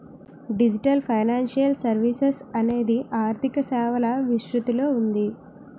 digital financial services అనేది ఆర్థిక సేవల విస్తృతిలో ఉంది